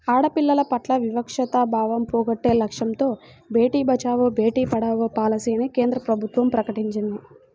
ఆడపిల్లల పట్ల వివక్షతా భావం పోగొట్టే లక్ష్యంతో బేటీ బచావో, బేటీ పడావో పాలసీని కేంద్ర ప్రభుత్వం ప్రకటించింది